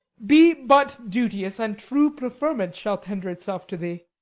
be but duteous and true, preferment shall tender itself to thee.